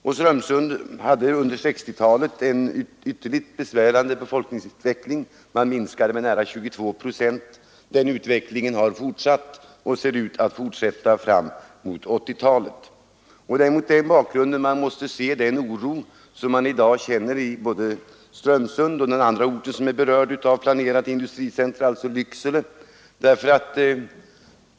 Strömsund hade under 1960-talet en ytterligt besvärande befolkningsutveckling — kommunens folkmängd minskade med nära 22 procent. Denna utveckling har fortsatt och ser ut att fortsätta framemot 1980-talet. Det är mot den bakgrunden den oro måste ses, som man i dag känner både i Strömsund och den andra ort, Lycksele, som berörs av planerade industricentra.